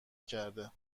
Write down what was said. کرده